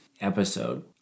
episode